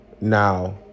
now